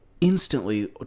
instantly